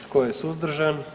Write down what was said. Tko je suzdržan?